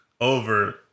over